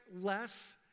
less